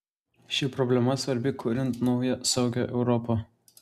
ši problema svarbi kuriant naują saugią europą